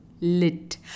Lit